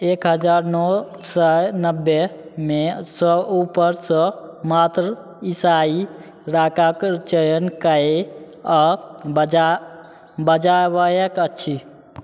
एक हजार नओ सए नबे मे सँ ऊपरसँ मात्र ईसाइ राकाकऽ चयन कए आ बजा बजाबयकऽ अछि